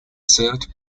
served